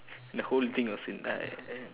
the whole thing was in like